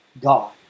God